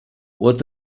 what